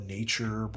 nature